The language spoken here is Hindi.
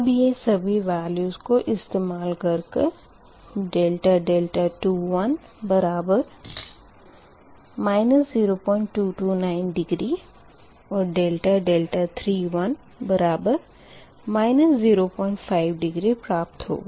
अब यह सभी वेल्यूस को इस्तेमाल कर कर ∆2 बराबर 0229 डिग्री और ∆3 बराबर 05 डिग्री प्राप्त होगा